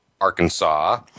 Arkansas